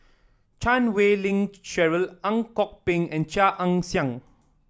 Chan Wei Ling Cheryl Ang Kok Peng and Chia Ann Siang